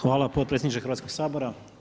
Hvala potpredsjedniče Hrvatskog sabora.